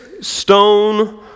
stone